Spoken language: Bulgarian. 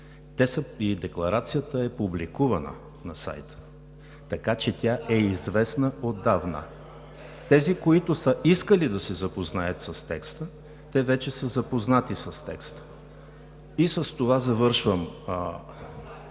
Декларацията е публикувана на сайта, така че тя е известна отдавна. Тези, които са искали да се запознаят с текста, вече са запознати. С това завършвам,